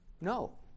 No